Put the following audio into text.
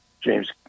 James